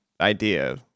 idea